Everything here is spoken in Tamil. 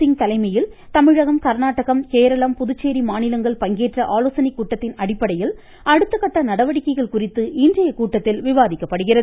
சிங் தலைமையில் தமிழகம் கர்நாடகம் கேரளம் புதுச்சேரி மாநிலங்கள் பங்கேற்ற ஆலோசனைக் கூட்டத்தின் அடிப்படையில் அடுத்த கட்ட நடவடிக்கைகள் குறித்து இன்றைய கூட்டத்தில் விவாதிக்கப்படுகிறது